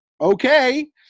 okay